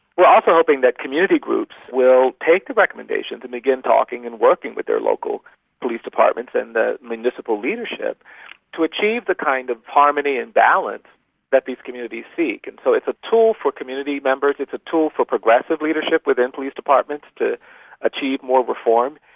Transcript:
ah but hoping that community groups will take the recommendations and begin talking and working with their local police departments and municipal leadership to achieve the kind of harmony and balance that these communities seek. and so it's a tool for community members, it's a tool for progressive leadership within police departments to achieve more reform,